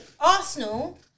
Arsenal